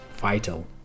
vital